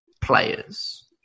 players